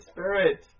Spirit